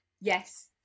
Yes